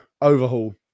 overhaul